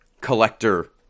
collector